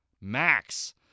Max